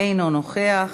אינו נוכח,